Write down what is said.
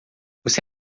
você